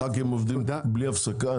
חברי כנסת עובדים בלי הפסקה?